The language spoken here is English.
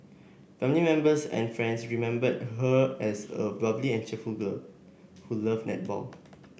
family members and friends remembered her as a bubbly and cheerful girl who loved netball